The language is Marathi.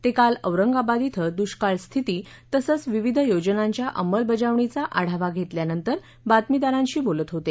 ते काल औरंगाबाद इथं दृष्काळ स्थिती तसंच विविध योजनांच्या अंमलबजावणीचा आढावा घेतल्यानंतर बातमीदारांशी बोलत होते